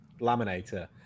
laminator